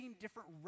different